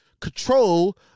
control